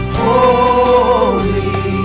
holy